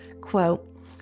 Quote